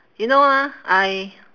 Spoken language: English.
you know ah I